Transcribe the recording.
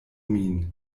min